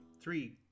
three